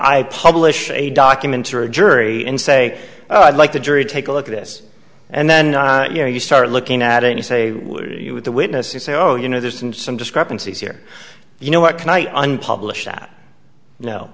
i publish a documentary jury and say oh i'd like the jury take a look at this and then you know you start looking at it and say with the witness you say oh you know there's been some discrepancies here you know what can i